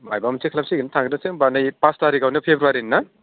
मायबा मोनसे खालामसिगोन थांग्रोसै होनबा नै फास थारिकआवनो फ्रेब्रुवारीनि ना